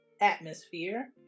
atmosphere